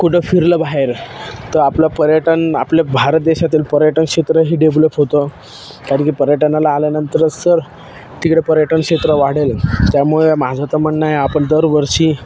कुठं फिरलं बाहेर तं आपलं पर्यटन आपल्या भारत देशातील पर्यटन क्षेत्रही डेव्हलप होतं कारण की पर्यटनाला आल्यानंतरच सर तिकडे पर्यटन क्षेत्र वाढेल त्यामुळे माझं तरं म्हणणं आहे आपण दरवर्षी